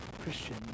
Christian